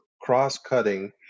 cross-cutting